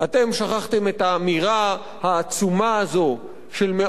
שכחתם את האמירה העצומה הזאת של מאות